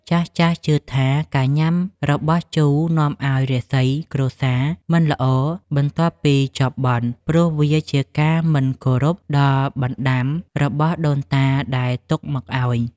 ចាស់ៗជឿថាការញ៉ាំរបស់ជូរនាំឱ្យរាសីគ្រួសារមិនល្អបន្ទាប់ពីចប់បុណ្យ ព្រោះវាជាការមិនគោរពដល់បណ្តាំរបស់ដូនតាដែលទុកមកឱ្យ។